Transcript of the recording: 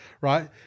right